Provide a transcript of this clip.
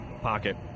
Pocket